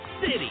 City